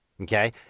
Okay